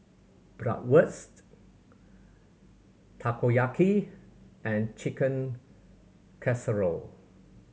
Bratwurst Takoyaki and Chicken Casserole